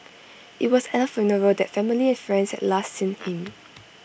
IT was at her funeral that family and friends had last seen him